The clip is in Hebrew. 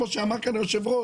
כמו שאמר היושב-ראש,